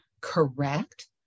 correct